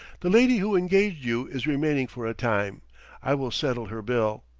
the lady who engaged you is remaining for a time i will settle her bill.